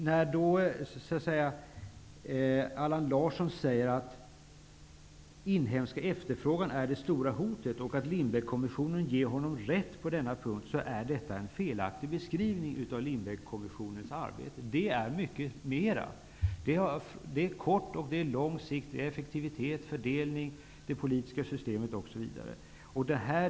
När Allan Larsson säger att den inhemska efterfrågan är det stora hotet och att Lindbeckkommissionen ger honom rätt på denna punkt, är det en felaktig beskrivning av Lindbeckkommissionens arbete. Det omfattar mycket mera: kort och lång sikt, effektivitet, fördelning, det politiska systemet, osv.